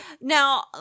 Now